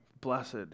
blessed